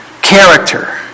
character